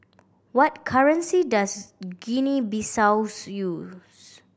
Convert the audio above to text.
what currency does Guinea Bissaus use